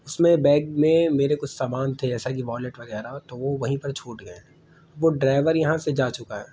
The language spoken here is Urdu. اس میں بیگ میں میرے کچھ سامان تھے جیسا کہ والیٹ وغیرہ تو وہ وہیں پر چھوٹ گئے وہ ڈرائیور یہاں سے جا چکا ہے